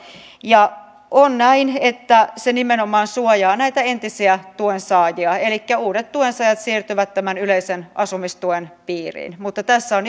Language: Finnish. ja on näin että se nimenomaan suojaa entisiä tuensaajia elikkä uudet tuensaajat siirtyvät yleisen asumistuen piiriin mutta tässä on